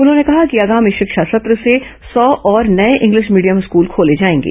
उन्होंने कहा कि आगामी शिक्षा सत्र से सौ और नये इंग्लिश मीडियम स्कूल खोले जाएंगे